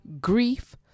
grief